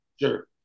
Sure